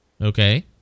okay